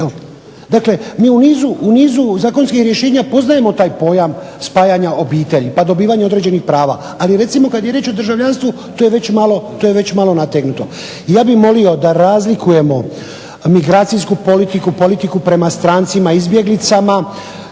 Dakle, mi u nizu zakonskih rješenja poznajemo taj pojam spajanja obitelji pa dobivanje određenih prava, ali recimo kad je riječ o državljanstvu to je već malo nategnuto. I ja bih molio da razlikujemo migracijsku politiku, politiku prema strancima, izbjeglica